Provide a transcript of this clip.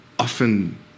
Often